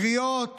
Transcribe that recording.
קריאות